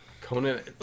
Conan